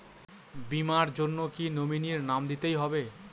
বীমার জন্য কি নমিনীর নাম দিতেই হবে?